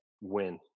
win